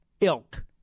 ilk